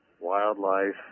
wildlife